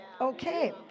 Okay